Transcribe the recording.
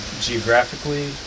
geographically